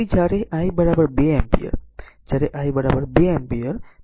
તેથી જ્યારે I 2 ampere જ્યારે I 2 એમ્પીયર